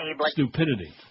stupidity